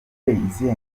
izihe